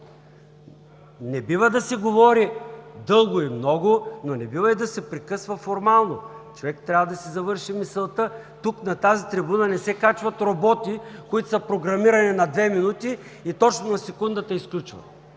Не бива да се говори дълго и много, но не бива и да се прекъсва формално, човек трябва да си завърши мисълта. Тук, на тази трибуна, не се качват роботи, които са програмирани на две минути и точно на секундата изключват.